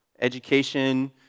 Education